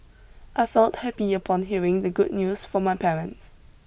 I felt happy upon hearing the good news from my parents